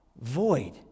void